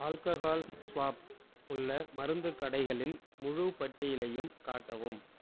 alcohol swab உள்ள மருந்துக் கடைகளின் முழுப் பட்டியலையும் காட்டவும்